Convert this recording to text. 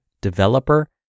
developer